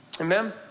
Amen